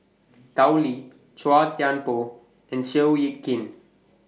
Tao Li Chua Thian Poh and Seow Yit Kin